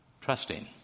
trusting